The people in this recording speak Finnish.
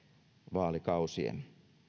vaalikausien